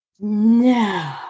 No